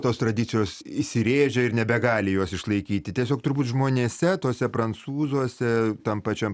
tos tradicijos įsirėžia ir nebegali jos išlaikyti tiesiog turbūt žmonėse tuose prancūzuose tam pačiam